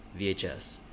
vhs